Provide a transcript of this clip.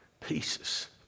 pieces